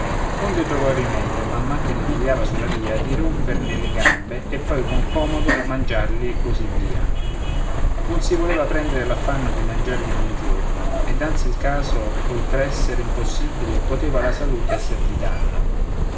trovò il rimedio man man che ne pigliava sulla via di romperne le gambe e poi con comodo mangiarli e così via non si voleva prendere l'affanno di mangiarli in un giorno ed anzi il caso oltr'essere impossibile poteva alla salute esser di danno